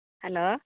hello